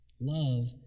Love